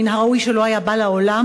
מן הראוי שלא היה בא לעולם.